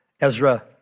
Ezra